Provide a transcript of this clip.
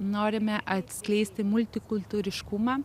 norime atskleisti multikultūriškumą